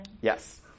Yes